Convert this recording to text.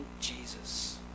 Jesus